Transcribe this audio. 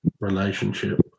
relationship